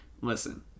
listen